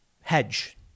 hedge